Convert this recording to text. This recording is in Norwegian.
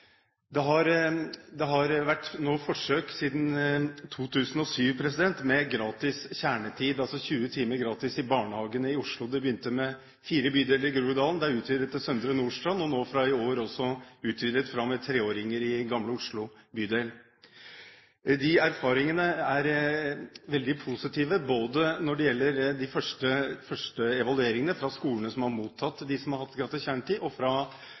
Det har nå vært forsøk siden 2007 med 20 timer gratis kjernetid i barnehagene i Oslo. Det begynte med fire bydeler i Groruddalen; det er utvidet til Søndre Nordstrand og fra i år også for barn fra og med treårsalder i Bydel Gamle Oslo. Erfaringene er veldig positive, både når det gjelder de første evalueringene fra skolene som har mottatt dem som har hatt gratis kjernetid, og når det gjelder deltakelsen. Det meldes nå fra